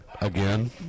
Again